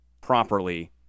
properly